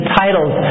titles